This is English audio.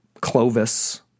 Clovis